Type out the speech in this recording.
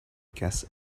guess